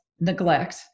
neglect